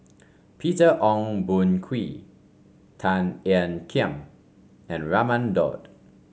Peter Ong Boon Kwee Tan Ean Kiam and Raman Daud